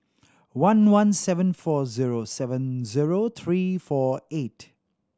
one one seven four zero seven zero three four eight